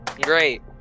Great